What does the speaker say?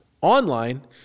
Online